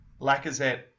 Lacazette